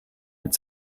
mit